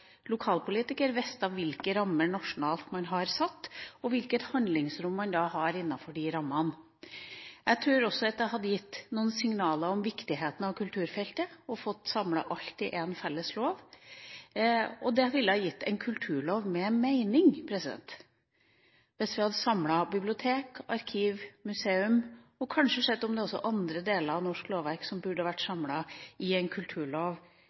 lokalpolitiker hvis en visste hvilke rammer nasjonalt man har satt, og hvilket handlingsrom man har innenfor rammene. Jeg tror også at det hadde gitt noen signaler om viktigheten av kulturfeltet å få samlet alt i en felles lov. Det ville ha gitt en kulturlov med mening hvis vi hadde samlet bibliotek, arkiv og museum i én kulturlov – og kanskje også hadde sett på om det var andre deler av norsk lovverk som burde vært